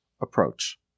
approach